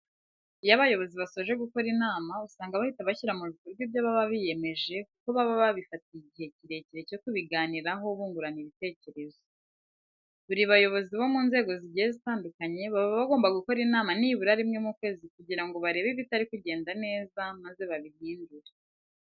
Iyo abayobozi basoje gukora inama, usanga bahita bashyira mu bikorwa ibyo baba biyemeje kuko baba babifatiye igihe kirekire cyo kubiganiraho bungurana ibitekerezo. Buri bayobozi bo mu nzego zigiye zitandukanye, baba bagomba gukora inama nibura rimwe mu kwezi kugira ngo barebe ibitari kugenda neza maze babihindure.